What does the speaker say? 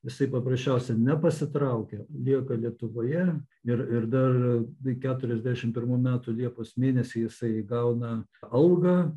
jisai paprasčiausia nepasitraukia lieka lietuvoje ir ir dar keturiasdešim pirmų metų liepos mėnesį jisai gauna algą